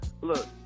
Look